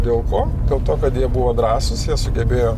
dėl ko dėl to kad jie buvo drąsūs jie sugebėjo